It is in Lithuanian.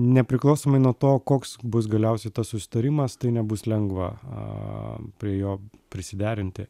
nepriklausomai nuo to koks bus galiausiai tas susitarimas tai nebus lengva a prie jo prisiderinti